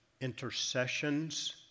intercessions